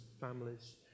families